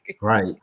right